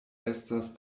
estas